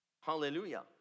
Hallelujah